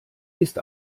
ist